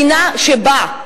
מדינה שבה,